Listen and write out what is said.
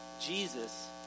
Jesus